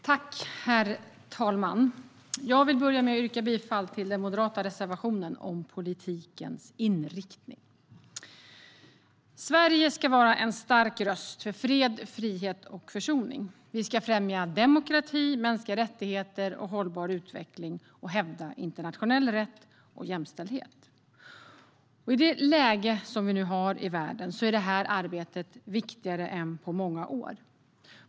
Herr talman! Jag vill börja med att yrka bifall till den moderata reservationen om politikens inriktning. Sverige ska vara en stark röst för fred, frihet och försoning. Vi ska främja demokrati, mänskliga rättigheter och hållbar utveckling och hävda internationell rätt och jämställdhet. I det läge som vi nu har i världen är det arbetet viktigare än på många år.